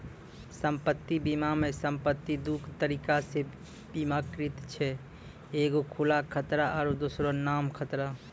सम्पति बीमा मे सम्पति दु तरिका से बीमाकृत छै एगो खुला खतरा आरु दोसरो नाम खतरा